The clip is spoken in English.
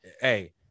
Hey